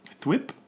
Thwip